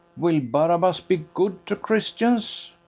will barabas be good to christians?